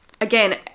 again